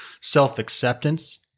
Self-acceptance